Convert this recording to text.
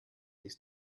ist